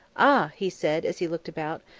ah, he said, as he looked about,